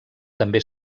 també